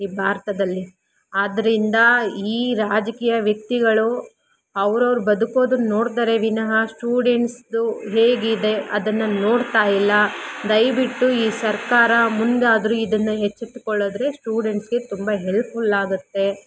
ಈ ಭಾರತದಲ್ಲಿ ಆದ್ದರಿಂದ ಈ ರಾಜಕೀಯ ವ್ಯಕ್ತಿಗಳು ಅವ್ರವ್ರು ಬದುಕೋದನ್ನ ನೋಡ್ತಾರೆ ವಿನಹ ಸ್ಟೂಡೆಂಟ್ಸ್ದು ಹೇಗಿದೆ ಅದನ್ನು ನೋಡ್ತಾಯಿಲ್ಲ ದಯವಿಟ್ಟು ಈ ಸರ್ಕಾರ ಮುಂದಾದರೂ ಇದನ್ನು ಎಚ್ಚೆತ್ಕೊಳ್ಳದ್ರೆ ಸ್ಟೂಡೆಂಟ್ಸ್ಗೆ ತುಂಬ ಹೆಲ್ಪ್ಫುಲ್ಲಾಗುತ್ತೆ